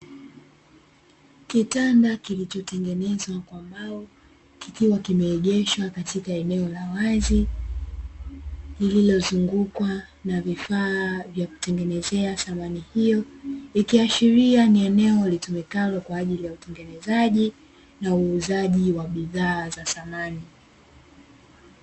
Kitanda kilichotengenezwa kwa mbao, kikiwa kimeegeshwa katika eneo la wazi, lililozungukwa na vifaa vya kutengenezea samani hiyo, ikiashiria ni eneo litumikalo kwa ajili ya utengenezaji, au uuzaji bidhaa ya samani.